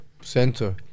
center